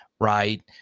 right